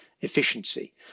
efficiency